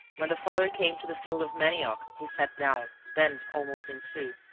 when the father came to the field of manioc he sat down, bent almost in two.